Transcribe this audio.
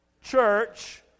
church